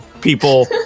people